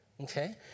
Okay